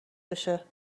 بشه